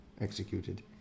executed